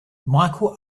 michael